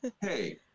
hey